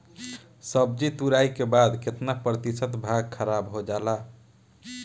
सब्जी तुराई के बाद केतना प्रतिशत भाग खराब हो जाला?